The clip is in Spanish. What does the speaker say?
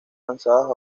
lanzadas